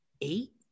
eight